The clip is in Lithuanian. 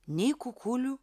nei kukulių